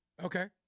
Okay